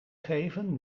geven